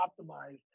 optimized